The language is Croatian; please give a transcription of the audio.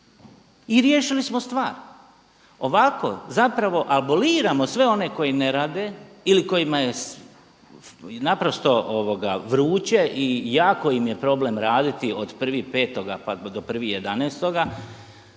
i riješili smo stvar. Ovako zapravo aboliramo sve one koji ne rade ili kojima je naprosto vruće i jako im je problem raditi od 1.5. pa do 1.11.